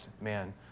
man